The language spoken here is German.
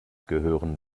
gehören